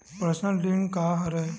Personal ऋण का हरय?